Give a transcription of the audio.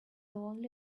only